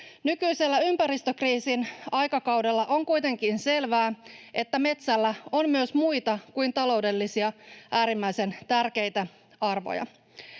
Nykyisellä ympäristökriisin aikakaudella on kuitenkin selvää, että metsällä on myös muita kuin taloudellisia äärimmäisen tärkeitä arvoja.